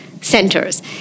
centers